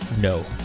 No